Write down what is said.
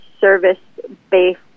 service-based